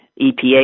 EPA